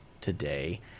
today